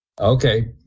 Okay